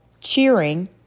cheering